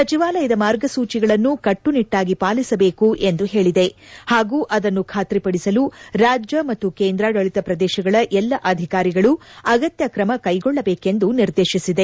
ಸಚಿವಾಲಯದ ಮಾರ್ಗಸೂಚಿಗಳನ್ನು ಕಟ್ಟುನಿಟ್ಟಾಗಿ ಪಾಲಿಸಬೇಕು ಎಂದು ಹೇಳಿದೆ ಹಾಗೂ ಅದನ್ನು ಖಾತ್ರಿಪಡಿಸಲು ರಾಜ್ಯ ಮತ್ತು ಕೇಂದ್ರಾಡಳಿತ ಪ್ರದೇಶಗಳ ಎಲ್ಲಾ ಅಧಿಕಾರಿಗಳು ಅಗತ್ಯ ಕ್ರಮ ಕೈಗೊಳ್ಳಬೇಕೆಂದು ನಿರ್ದೇಶಿಸಿದೆ